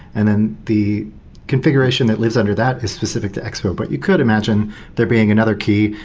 and and the configuration that lives under that is specific to expo, but you could imagine there being another key.